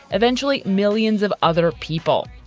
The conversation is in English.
eventually, millions of other people.